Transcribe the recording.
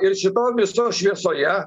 ir šito viso šviesoje